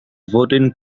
voting